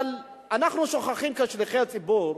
אבל אנחנו שוכחים כאן, שליחי הציבור,